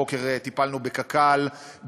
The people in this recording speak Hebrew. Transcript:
הבוקר טיפלנו בקק"ל,